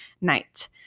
night